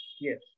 Yes